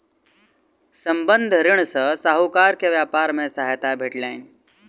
संबंद्ध ऋण सॅ साहूकार के व्यापार मे सहायता भेटलैन